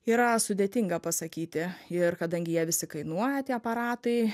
yra sudėtinga pasakyti ir kadangi jie visi kainuoja tie aparatai